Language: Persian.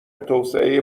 توسعه